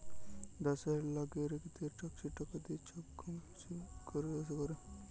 দ্যাশের লাগারিকদের ট্যাক্সের টাকা দিঁয়ে ছব কাম কাজ দ্যাশে ক্যরে